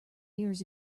years